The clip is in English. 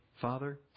father